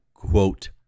quote